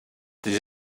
des